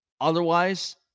Otherwise